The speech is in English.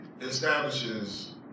establishes